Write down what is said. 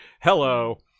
hello